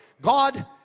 God